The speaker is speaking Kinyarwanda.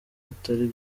bitari